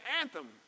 anthem